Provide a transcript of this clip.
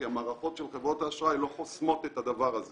כי המערכות של חברות האשראי לא חוסמות את הדבר הזה